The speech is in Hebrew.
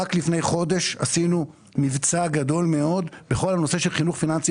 רק לפני חודש עשינו מבצע גדול מאוד בכל הנושא של חינוך פיננסי